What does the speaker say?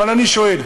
אבל אני שואל,